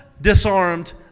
disarmed